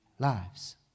Lives